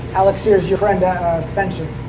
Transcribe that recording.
alex, here's your friend spencer